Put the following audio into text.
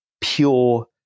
pure